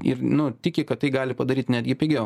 ir nu tiki kad tai gali padaryt netgi pigiau